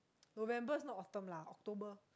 November is not Autumn lah October